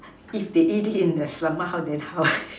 if they eat it in the stomach how then how